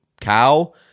cow